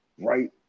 right